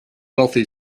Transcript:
wealthy